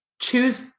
choose